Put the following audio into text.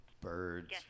birds